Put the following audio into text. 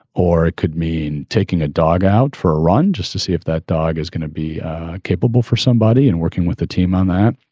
or it could mean taking a dog out for a run just to see if that dog is going to be capable for somebody and working with the team on that.